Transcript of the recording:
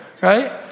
Right